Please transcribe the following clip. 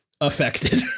affected